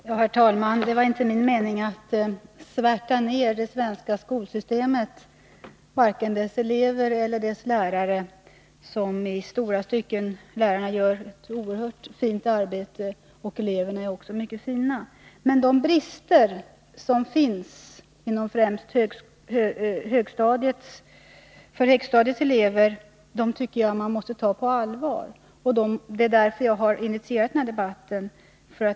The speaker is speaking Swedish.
Herr talman! Det var inte min mening att svärta ner det svenska skolsystemets elever eller lärare. Lärarna gör i stora stycken ett oerhört fint arbete, och eleverna är också mycket fina. Men de brister som finns, främst för högstadiets elever, tycker jag vi måste ta på allvar. Det är därför jag har initierat denna debatt.